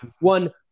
one